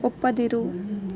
ಒಪ್ಪದಿರು